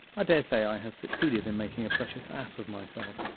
i daresay i have succeeded in making a precious ass of myself,